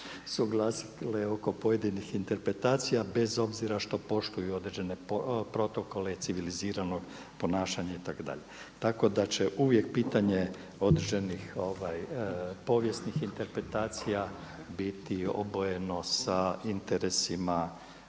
suglasile oko pojedinih interpretacija bez obzira što poštuju određene protokole i civilizirano ponašanje itd.. Tako da će uvijek pitanje određenih povijesnih interpretacija biti obojeno sa interesima,